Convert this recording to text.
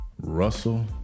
Russell